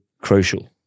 crucial